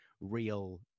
real